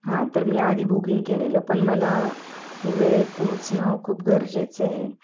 हां तर मी आधी बुकिंग केलेलं पण मला वेळेत पोहोचणं खूप गरजेचं आहे